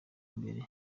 mbere